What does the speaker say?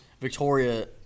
Victoria